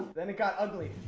then it got ugly.